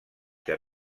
que